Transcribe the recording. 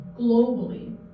globally